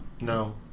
No